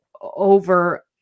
over